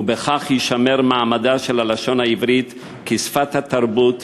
ובכך יישמר מעמדה של הלשון העברית כשפת התרבות,